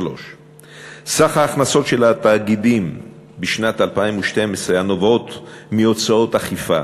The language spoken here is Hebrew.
סך ההכנסות של התאגידים בשנת 2012 הנובעות מהוצאות אכיפה